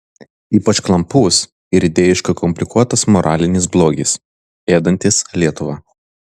ypač klampus ir idėjiškai komplikuotas moralinis blogis ėdantis lietuvą